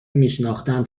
میشناختم